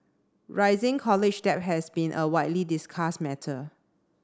rising college debt has been a widely discussed matter